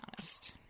honest